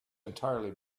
entirely